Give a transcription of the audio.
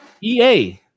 EA